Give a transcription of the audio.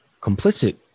complicit